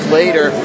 later